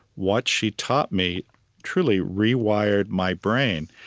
what she taught me truly rewired my brain.